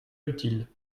utile